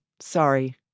Sorry